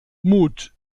mut